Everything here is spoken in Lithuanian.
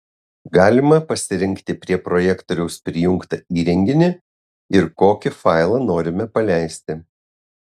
galima pasirinkti prie projektoriaus prijungtą įrenginį ir kokį failą norime paleisti